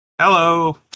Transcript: Hello